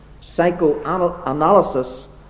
psychoanalysis